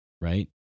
right